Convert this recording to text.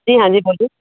जी हाँ जी बोलिए